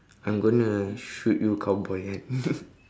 I'm gonna shoot you cowboy kan